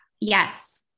Yes